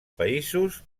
països